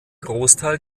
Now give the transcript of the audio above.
großteil